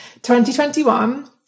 2021